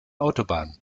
autobahn